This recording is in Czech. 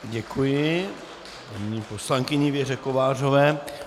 Děkuji paní poslankyni Věře Kovářové.